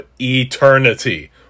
eternity